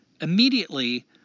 immediately